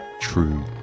true